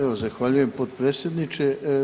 Evo zahvaljujem potpredsjedniče.